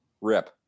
rip